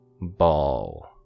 ball